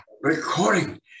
Recording